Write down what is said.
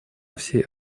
всей